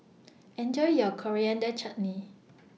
Enjoy your Coriander Chutney